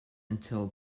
until